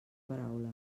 paraula